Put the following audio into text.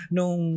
Nung